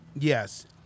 yes